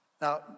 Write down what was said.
Now